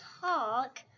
talk